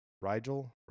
Rigel